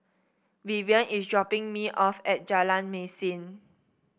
Vivien is dropping me off at Jalan Mesin